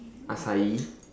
acai